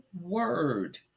word